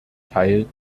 teil